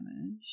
damage